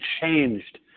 changed